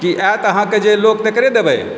कि आयत अहाँके जे लोक तकरे देबै